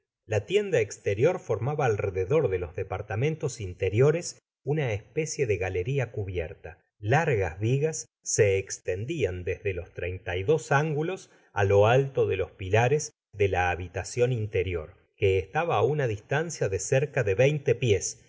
la tienda estarior formaba alrededor de los departamentos interiores una especie de galeria cubierta largas vigas se estendian desde los treinta y dos ángulos á lo alto de los pilares de la habitacion interior que estaba á una distancia de cerca de veinte pies